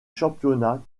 championnat